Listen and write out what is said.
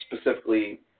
specifically